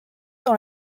dans